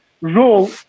role